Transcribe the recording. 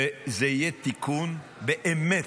וזה יהיה תיקון באמת,